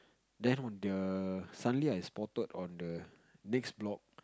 then on the suddenly I spotted on the next block